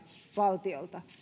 valtiolta